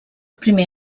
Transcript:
primer